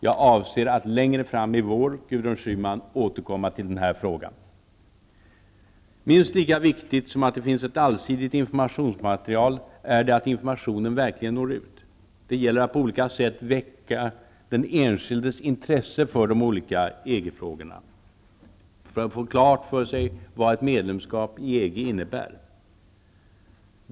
Jag avser att längre fram i vår återkomma i denna fråga, Minst lika viktigt som att det finns ett allsidigt informationsmatrial är att informationen verkligen når ut. Det gäller att på olika sätt väcka den enskildes intresse för de olika EG-frågorna för att man skall få klart för sig vad ett medlemskap i EG innebär.